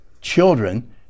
children